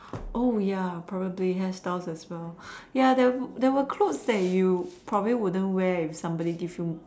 oh ya probably hairstyles as well ya there were clothes you problem wouldn't wear if someone gave you